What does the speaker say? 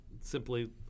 Simply